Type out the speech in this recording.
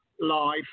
live